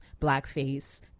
blackface